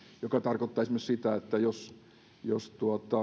mikä tarkoittaa esimerkiksi sitä että jos